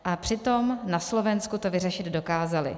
A přitom na Slovensku to vyřešit dokázali.